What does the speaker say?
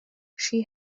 she